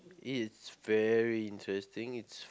it's very interesting it's